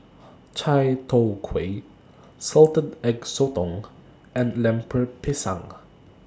Chai Tow Kway Salted Egg Sotong and Lemper Pisang